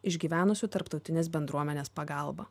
išgyvenusių tarptautinės bendruomenės pagalba